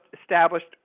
established